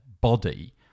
body